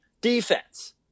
defense